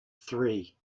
three